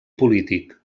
polític